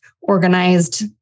organized